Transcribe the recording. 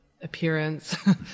Appearance